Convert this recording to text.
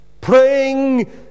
Praying